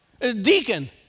deacon